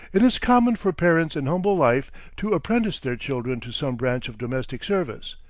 it is common for parents in humble life to apprentice their children to some branch of domestic service,